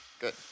Good